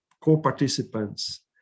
co-participants